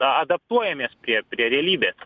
adaptuojamės prie prie realybės